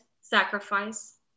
sacrifice